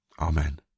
Amen